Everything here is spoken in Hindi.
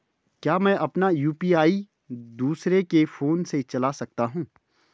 क्या मैं अपना यु.पी.आई दूसरे के फोन से चला सकता हूँ?